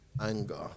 Anger